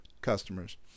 customers